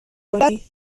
کنی